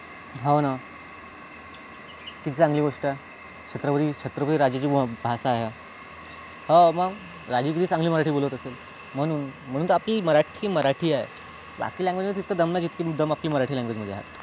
हो ना किती चांगली गोष्ट आहे छत्रपती छत्रपती राजेची ब भाषा आहे हो मग राजे किती चांगली मराठी बोलत असेल म्हणून म्हणून तर आपली मराठी मराठी आहे बाकी लँग्वेजमध्ये तितकं दम नाही जितकी दम आपली मराठी लँग्वेजमध्ये आहे